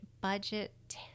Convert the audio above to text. budget